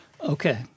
Okay